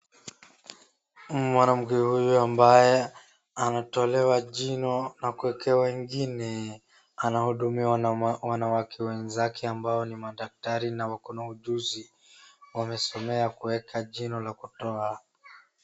Mwanamke huyu ambaye anatolewa jino nakuwekwa ingine anahudumiwa na wanawake wenzake ambao ni madaktari na wakona ujuzi. Wamesomea kuweka jino ya kutoa.